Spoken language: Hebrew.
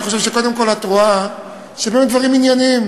אני חושב שאת רואה שמדברים דברים ענייניים,